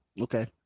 okay